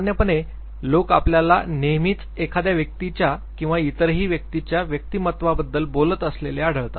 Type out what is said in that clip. सामान्यपणे लोक आपल्याला नेहमीच एखाद्या व्यक्तीच्या किंवा इतरही व्यक्तीच्या व्यक्तिमत्त्वाबद्दल बोलत असलेले आढळतात